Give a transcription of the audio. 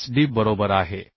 5 D बरोबर आहे